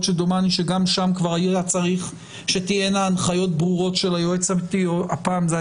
שדומני שגם שם כבר היה צריך שתהיינה הנחיות ברורות של היועצת המשפטית.